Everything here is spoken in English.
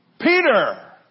Peter